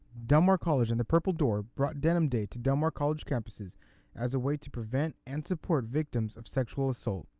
del mar college and the purple door brought denim day to del mar college campuses as a way to prevent and support victims of sexual assault.